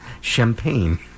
Champagne